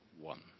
one